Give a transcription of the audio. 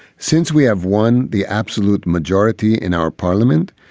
since we have won the absolute majority in our parliament,